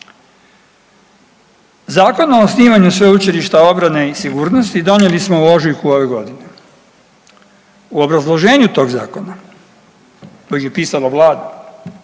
Zakon o osnivanju Sveučilišta obrane i sigurnosti donijeli smo u ožujku ove godine. U obrazloženju tog zakona kojeg je pisala vlada